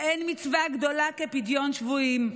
ואין לך מצווה גדולה כפדיון שבויים,